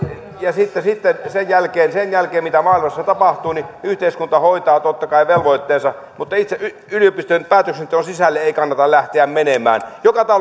sitten sen jälkeen sen jälkeen mitä maailmassa tapahtuu yhteiskunta hoitaa totta kai velvoitteensa mutta itse yliopistojen päätöksenteon sisälle ei kannata lähteä menemään joka